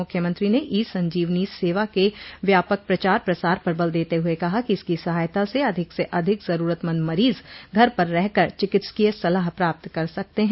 मुख्यमंत्री ने ई संजीवनी सेवा के व्यापक प्रचार प्रसार पर बल देते हुए कहा कि इसकी सहायता से अधिक से अधिक जरूरतमंद मरीज घर पर रहकर चिकित्सकोय स सलाह स प्राप्त कर सकते हैं